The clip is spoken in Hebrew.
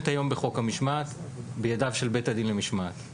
היום בחוק המשמעת בידיו של בית הדין למשמעת.